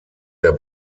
der